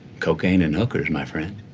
cocaine and hookers, my friend.